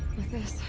with this.